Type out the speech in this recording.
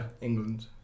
England